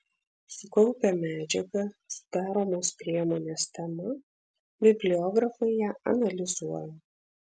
sukaupę medžiagą sudaromos priemonės tema bibliografai ją analizuoja